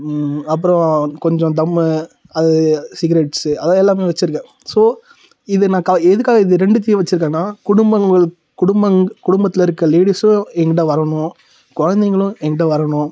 அப்புறம் கொஞ்சம் தம் அது சிகிரெட்ஸு அதை எல்லாமே வச்சிருக்கேன் ஸோ இது நான் க எதுக்காக இது ரெண்டுத்தியும் வச்சிருக்கேன்னா குடும்பங்களுக் குடும்பங் குடும்பத்தில் இருக்க லேடீஸும் எங்ககிட்ட வரணும் குழந்தைங்களும் எங்ககிட்ட வரணும்